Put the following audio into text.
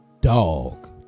dog